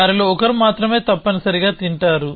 వారిలో ఒకరు మాత్రమే తప్పనిసరిగా తింటారు